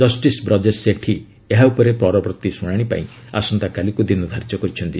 justice Brajesh ସେଠି ଏହା ଉପରେ ପରବର୍ତ୍ତୀ ଶୁଶାଣିପାଇଁ ଆସନ୍ତାକାଲିକୁ ଦିନ ଧାର୍ଯ୍ୟ କରିଛନ୍ତି